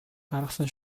гаргасан